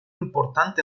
important